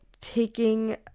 taking